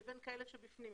לבין כאלה שבפנים,